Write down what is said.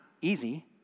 easy